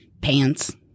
Pants